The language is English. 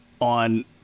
on